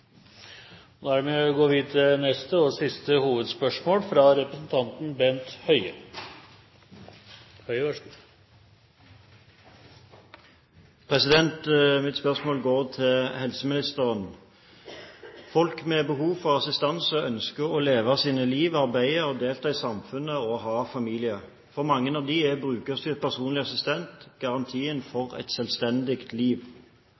Vi går til neste og siste hovedspørsmål. Mitt spørsmål går til helseministeren. Folk med behov for assistanse ønsker å leve sitt liv, arbeide og delta i samfunnet og ha familie. For mange av dem er brukerstyrt personlig assistent garantien for et selvstendig liv.